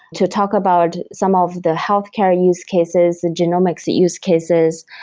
to talk about some of the healthcare use cases, genomics use cases,